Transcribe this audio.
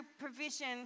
provision